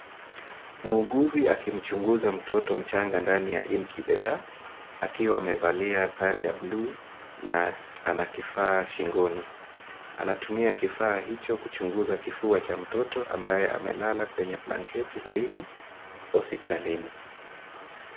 Muuguzi akimchunguza mtoto mchanga ndani ya incubator akiwa amevalia sare ya bluu na ana kifaa shingoni. Anatumia kifaa hicho kuchunguza kifua cha mtoto ambaye amelala kwenye blanketi laini hospitalini.